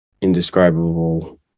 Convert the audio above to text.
indescribable